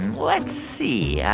let's see. yeah